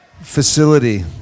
facility